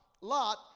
Lot